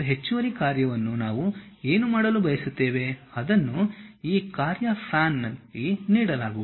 ಮತ್ತು ಹೆಚ್ಚುವರಿ ಕಾರ್ಯವನ್ನು ನಾವು ಏನು ಮಾಡಲು ಬಯಸುತ್ತೇವೆ ಅದನ್ನು ಈ ಕಾರ್ಯ ಪ್ಯಾನ್ನಲ್ಲಿ ನೀಡಲಾಗುವುದು